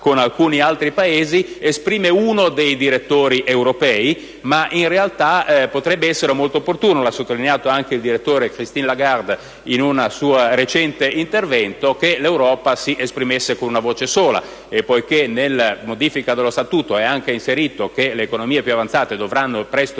con alcuni altri Paesi), esprime uno dei direttori europei, ma in realtà potrebbe essere molto opportuno - lo ha sottolineato anche il direttore Christine Lagarde in un suo recente intervento - che l'Europa si esprimesse con una voce sola. Poiché nella modifica dello statuto è anche inserito che le economie più avanzate dovranno presto